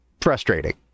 frustrating